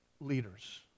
leaders